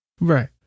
Right